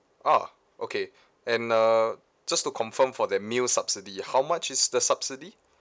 ah okay and uh just to confirm for the meal subsidy ah how much is the subsidy